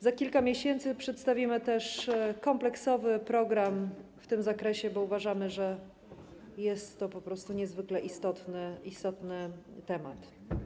Za kilka miesięcy przedstawimy kompleksowy program w tym zakresie, bo uważamy, że jest to po prostu niezwykle istotny temat.